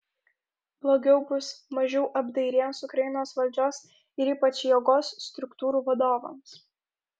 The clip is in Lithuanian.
blogiau bus mažiau apdairiems ukrainos valdžios ir ypač jėgos struktūrų vadovams